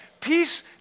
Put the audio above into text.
Peace